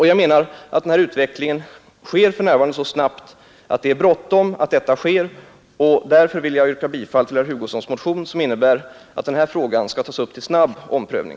Jag anser att utveckligen för närvarande går så snabbt att det är bråttom att detta sker, och därför vill jag yrka bifall till herr Hugossons motion, som innebär att den här frågan skall tas upp till snabb om prövning.